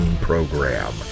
program